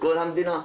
מכל המדינה.